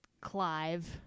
Clive